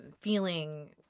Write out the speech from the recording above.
feeling